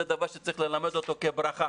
זה דבר שצריך ללמד אותו כברכה,